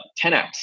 10x